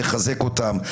לחזק אותם,